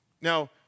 Now